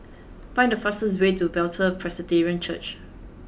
find the fastest way to Bethel Presbyterian Church